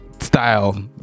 Style